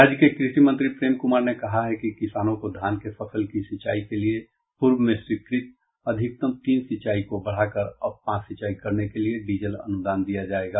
राज्य के कृषि मंत्री प्रेम कुमार ने कहा है कि किसानों को धान के फसल की एक खेत की सिंचाई के लिए पूर्व में स्वीकृत अधिकतम तीन सिंचाई को बढ़ाकर अब पांच सिंचाई करने के लिए डीजल अनुदान दिया जायेगा